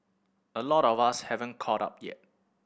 a lot of us haven't caught up yet